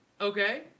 Okay